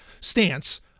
stance